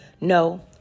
No